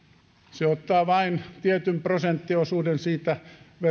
se ottaa vain tietyn prosenttiosuuden siitä